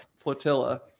flotilla